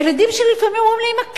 הילדים שלי לפעמים אומרים לי: אמא,